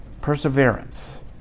Perseverance